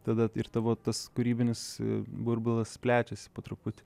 tada ir tavo tas kūrybinis burbulas plečiasi po truputį